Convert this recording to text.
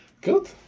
Good